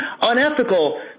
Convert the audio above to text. unethical